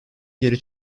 geri